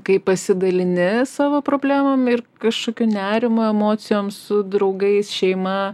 kai pasidalini savo problemom ir kašokiu nerimu emocijom su draugais šeima